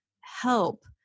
help